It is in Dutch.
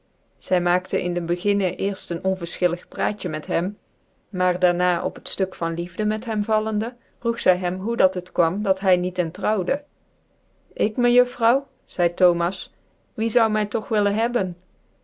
zy maakte in den beginne cerft ecu onvérfchillig praatje met hem daar na op het ftuk van liefde met hen vallende vroeg zy hem hoe dat het kwam dat hy niet en trouwde ik ifhouw kide thomas wie zon my dog willen hebben